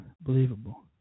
believable